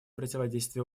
противодействия